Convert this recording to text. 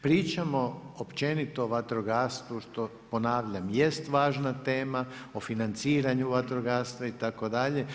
Pričamo općenito o vatrogastvu što ponavljam jest važna tema, o financiranju vatrogastva itd.